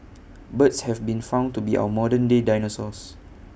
birds have been found to be our modern day dinosaurs